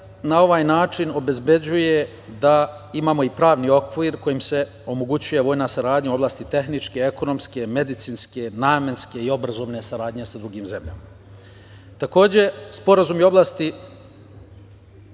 na ovaj način obezbeđuje da imamo i pravni okvir kojim se omogućuje vojna saradnja u oblasti tehničke, ekonomske, medicinske, namenske i obrazovne saradnje sa drugim zemljama. Takođe, sporazumi u oblasti